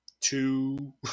two